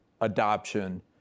adoption